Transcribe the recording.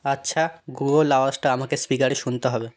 আচ্ছা গুগল আওয়াজটা আমাকে স্পীকারে শুনতে হবে